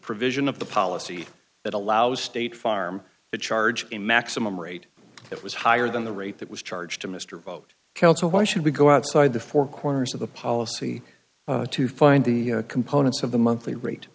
provision of the policy that allows state farm to charge a maximum rate it was higher than the rate that was charged to mr vote count so why should we go outside the four corners of the policy to find the components of the monthly